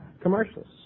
commercials